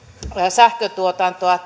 sähköntuotantoa